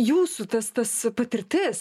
jūsų tas tas patirtis